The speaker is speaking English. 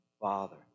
Father